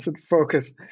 focus